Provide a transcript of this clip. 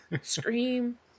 scream